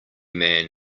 man